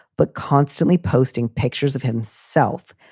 but constantly posting pictures of himself,